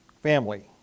family